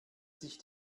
sich